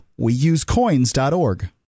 WeUseCoins.org